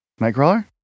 Nightcrawler